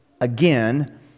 again